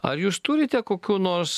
ar jūs turite kokių nors